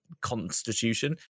constitution